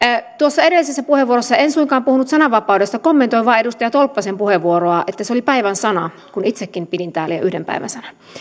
nopea puhumaan tuossa edellisessä puheenvuorossa en suinkaan puhunut sananvapaudesta vaan kommentoin vain edustaja tolppasen puheenvuoroa että se oli päivän sana kun itsekin jo pidin täällä yhden päivän sanan